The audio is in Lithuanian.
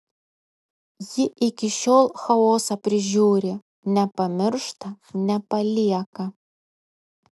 ji iki šiol chaosą prižiūri nepamiršta nepalieka